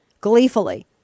gleefully